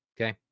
okay